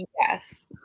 Yes